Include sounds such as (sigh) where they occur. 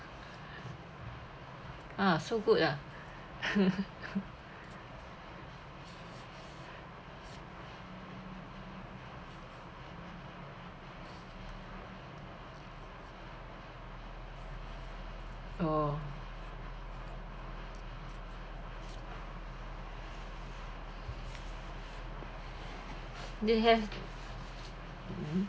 (breath) ah so good uh (laughs) (breath) oh they have (noise)